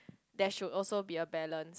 there should also be a balance